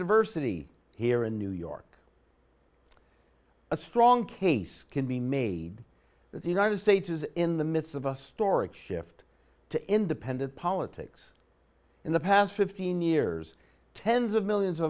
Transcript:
university here in new york a strong case can be made that the united states is in the midst of a storage shift to independent politics in the past fifteen years tens of millions of